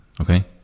Okay